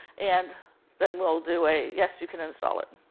and then we'll do a, yes, you can install it.